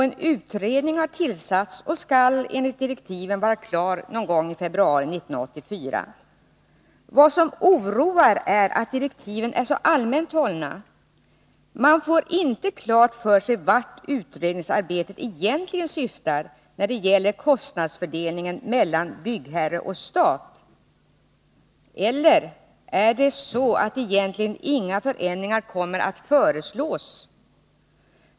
En utredning har tillsatts och skall enligt direktiven vara klar någon gång i februari 1984. Vad som oroar är att direktiven är så allmänt hållna. Man får inte klart för sig vart utredningsarbetet egentligen syftar när det gäller kostnadsfördelningen mellan byggherre och stat. Eller är det så, att egentligen inga förändringar kommer att föreslås?